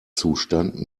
zustand